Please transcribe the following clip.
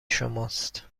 شماست